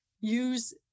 use